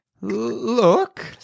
Look